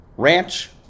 ranch